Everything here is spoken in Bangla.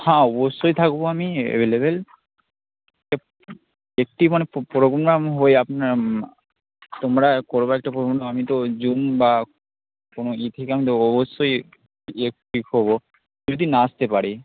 হ্যাঁ অবশ্যই থাকব আমি অ্যাভেলেবল একটি মানে পো প্রোগ্রাম হয়ে আপনা তোমরা করবে একটা আমি তো জুম বা কোনো ইয়ে থেকে আমি তো অবশ্যই অ্যাকটিভ হব যদি না আসতে পারি